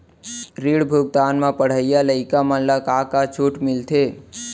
ऋण भुगतान म पढ़इया लइका मन ला का का छूट मिलथे?